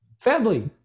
family